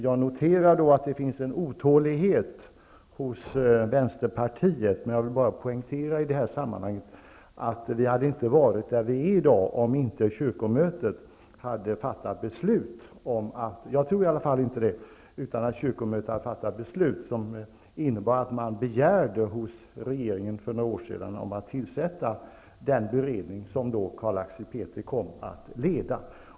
Jag noterar att det hos Vänsterpartiet finns en otålighet, men jag vill i det här sammanhanget poängtera att vi inte hade varit där vi är i dag om inte kyrkomötet för några år sedan hade fattat beslut som innebar att man begärde att regeringen skulle tillsätta den beredning som sedan Carl-Axel Petri kom att leda.